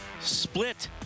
split